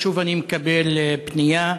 שוב אני מקבל פנייה,